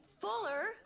Fuller